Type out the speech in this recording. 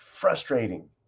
Frustrating